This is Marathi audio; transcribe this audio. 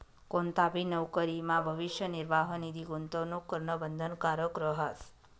कोणताबी नवकरीमा भविष्य निर्वाह निधी गूंतवणूक करणं बंधनकारक रहास